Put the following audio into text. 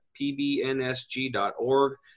PBNSG.org